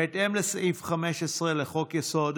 בהתאם לסעיף 15 לחוק-יסוד: